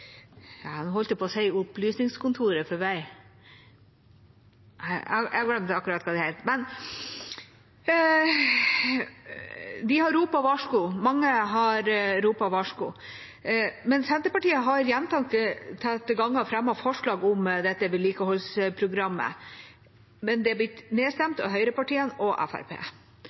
for veitrafikken, har ropt varsko. Mange har ropt varsko. Senterpartiet har gjentatte ganger fremmet forslag om dette vedlikeholdsprogrammet, men det er blitt nedstemt av høyrepartiene og